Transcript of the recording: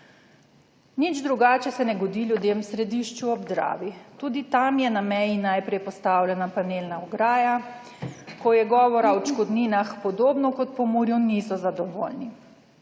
Nič drugače se ne godi ljudem v središču ob Dravi, tudi tam je na meji najprej postavljena panelna ograja. Ko je govora o odškodninah, podobno kot v Pomurju niso zadovoljni.